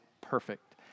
perfect